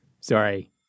Sorry